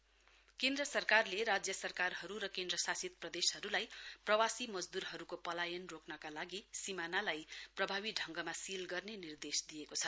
migrant worker केन्द्र सरकारले राजय सरकारदहरु र केन्द्रशासित प्रदेशहरुलाई प्रवासी मजदूरहरुको पलायन रोक्रका लागि सीमानालाई प्रभावी ढंगमा सील गर्ने निर्देश दिएको छ